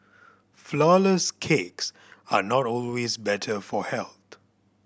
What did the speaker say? flourless cakes are not always better for health